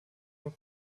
nur